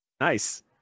nice